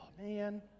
man